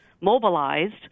mobilized